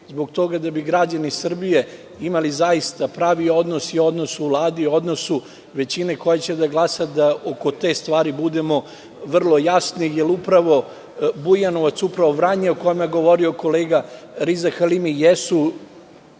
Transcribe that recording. zbog toga da bi građani Srbije imali zaista pravi odnos i odnos u Vladi, odnos većine koja će da glasa, da oko te stvari budemo vrlo jasni, jer upravo Bujanovac, upravo Vranje o kome je govorio kolega Riza Halimi, jesu